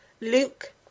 Luke